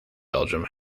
belgium